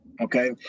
Okay